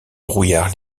brouillard